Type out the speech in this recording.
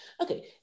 Okay